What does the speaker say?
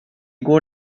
går